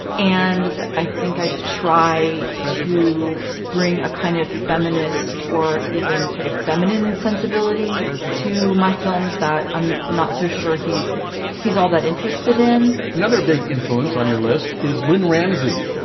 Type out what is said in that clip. and i think i try to bring a kind of feminist or even sort of feminine sensibility sensibility to my films that i'm not so sure he's he's all that interested in another big influence on your list. is lynne ramsay,